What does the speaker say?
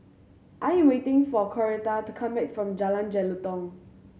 I am waiting for Coretta to come back from Jalan Jelutong